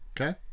okay